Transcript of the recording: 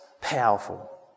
powerful